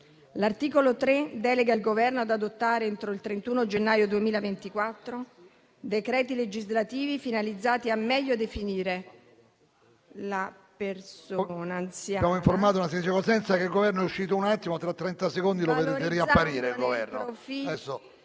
L'articolo 3 delega il Governo ad adottare entro il 31 gennaio 2024 decreti legislativi finalizzati a meglio definire la persona anziana,